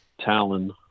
talon